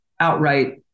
outright